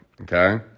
okay